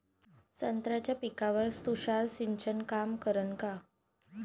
संत्र्याच्या पिकावर तुषार सिंचन काम करन का?